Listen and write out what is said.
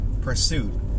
pursuit